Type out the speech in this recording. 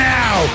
now